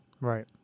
Right